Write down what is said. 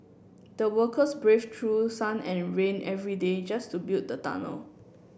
the workers braved through sun and rain every day just to build the tunnel